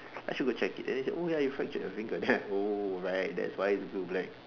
I should go check it and then they say oh ya you fractured your finger then I like oh right that's why it's blue black